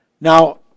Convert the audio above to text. Now